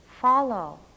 follow